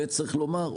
וצריך לומר,